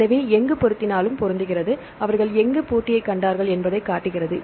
எனவே எங்கு பொருந்தினாலும் பொருந்துகிறது அவர்கள் எங்கு போட்டியைக் கண்டார்கள் என்பதைக் காட்டுகிறது